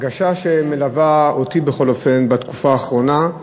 ההרגשה שמלווה אותי, בכל אופן, בתקופה האחרונה היא